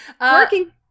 Working